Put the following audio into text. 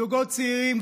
זוגות צעירים,